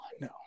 no